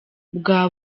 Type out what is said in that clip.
bwa